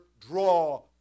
draw